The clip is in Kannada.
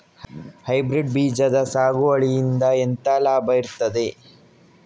ಹೈಬ್ರಿಡ್ ಬೀಜದ ಸಾಗುವಳಿಯಿಂದ ಎಂತ ಲಾಭ ಇರ್ತದೆ?